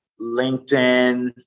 LinkedIn